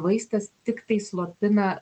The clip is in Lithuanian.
vaistas tiktai slopina